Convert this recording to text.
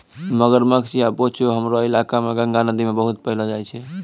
मगरमच्छ या बोचो हमरो इलाका मॅ गंगा नदी मॅ बहुत पैलो जाय छै